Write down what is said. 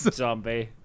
zombie